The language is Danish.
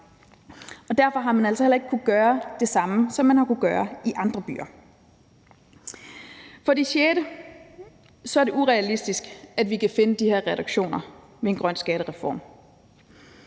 Derfor har man altså heller ikke kunnet gøre det samme, som man har kunnet gøre i andre byer. For det sjette: Det er urealistisk, at vi kan finde de her reduktioner med en grøn skattereform.